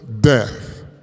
death